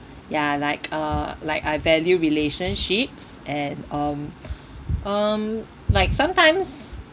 ya like uh like I value relationships and um um like sometimes